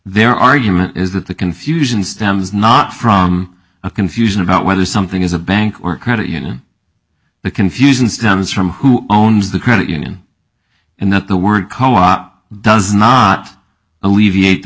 their argument is that the confusion stems not from a confusion about whether something is a bank or credit union the confusion stems from who owns the credit union and that the word co op does not alleviate the